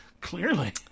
Clearly